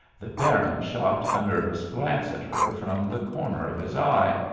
the baron shot a nervous glance at her from the corner of his eye.